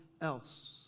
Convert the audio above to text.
else